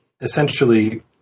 essentially